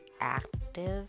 active